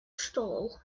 stall